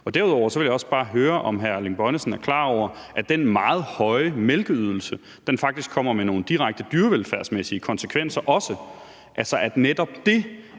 Derudover vil jeg også bare høre, om hr. Erling Bonnesen er klar over, at den meget høje mælkeydelse faktisk også kommer med nogle direkte dyrevelfærdsmæssige konsekvenser, altså at netop det,